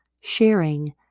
sharing